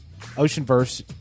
Oceanverse